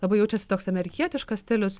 labai jaučiasi toks amerikietiškas stilius